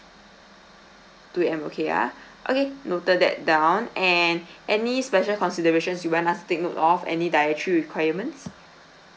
two A_M okay ah okay noted that down and any special considerations you want us take note of any dietary requirements